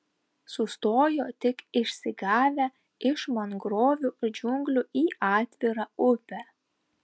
sustojo tik išsigavę iš mangrovių džiunglių į atvirą upę